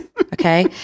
okay